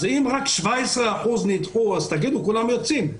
אם רק 17% נדחו, אז תגידו שכולם יוצאים.